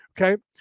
Okay